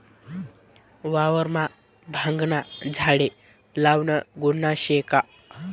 वावरमा भांगना झाडे लावनं गुन्हा शे का?